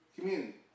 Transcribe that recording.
community